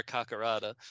Kakarada